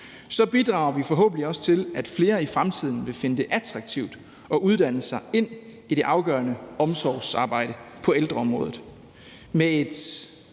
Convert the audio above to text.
år, bidrager vi forhåbentlig også til, at flere i fremtiden vil finde det attraktivt at uddanne sig til det afgørende omsorgsarbejde på ældreområdet.